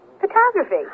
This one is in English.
Photography